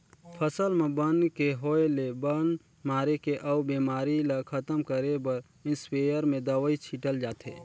फसल म बन के होय ले बन मारे के अउ बेमारी ल खतम करे बर इस्पेयर में दवई छिटल जाथे